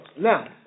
Now